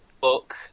book